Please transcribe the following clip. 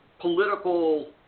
political